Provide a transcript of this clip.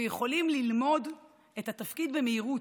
יכולים ללמוד את התפקיד במהירות,